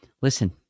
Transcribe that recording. listen